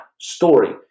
story